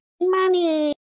Money